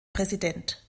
präsident